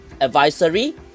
advisory